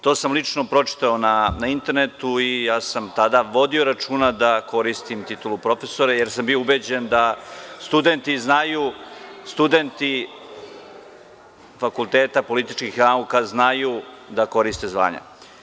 To sam lično pročitao na internetu i tada sam vodio računa da koristim titulu „profesore“, jer sam bio ubeđen da studenti Fakulteta političkih nauka znaju da koriste zvanja.